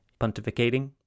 pontificating